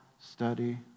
study